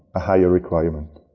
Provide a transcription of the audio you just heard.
a higher requirement.